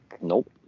Nope